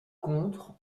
contre